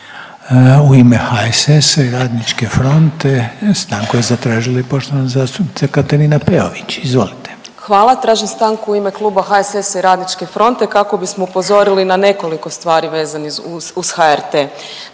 U ime HSS-a i radničke fronte stanku je zatražila i poštovana zastupnica Katarina Peović. Izvolite. **Peović, Katarina (RF)** Hvala. Tražim stanku u ime kluba HSS-a i RF-a kako bismo upozorili na nekoliko stvari vezanih uz HRT.